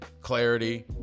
clarity